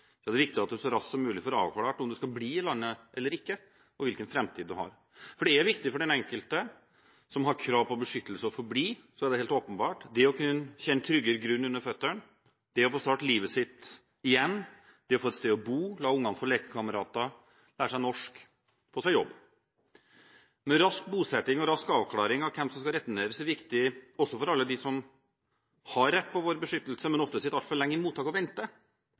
at man så raskt som mulig får avklart om man skal bli i landet eller ikke, og hvilken framtid man har. Det er viktig for den enkelte som har krav på beskyttelse, å få bli. Så er det helt åpenbart viktig det å kunne kjenne tryggere grunn under føttene, det å få starte livet sitt igjen, det å få et sted å bo, la barna få lekekamerater, lære seg norsk og få seg jobb. Men rask bosetting og rask avklaring av hvem som skal returneres, er viktig også for alle dem som har rett til vår beskyttelse, men som ofte sitter altfor ofte i mottak og